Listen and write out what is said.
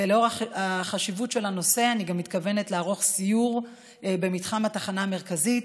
ולאור החשיבות של הנושא אני גם מתכוונת לערוך סיור במתחם התחנה המרכזית,